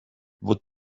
would